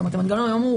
המנגנון היום הוא